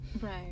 right